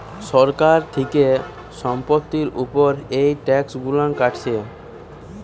সরকার থিকে সম্পত্তির উপর এই ট্যাক্স গুলো কাটছে